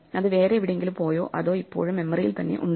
അത് വേറെ എവിടെയെങ്കിലും പോയോ അതോ ഇപ്പോഴും മെമ്മറിയിൽ തന്നെ ഉണ്ടോ